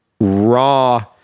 raw